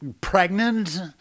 pregnant